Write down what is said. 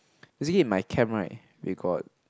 you see in my camp right we got